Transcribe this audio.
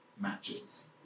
matches